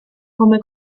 come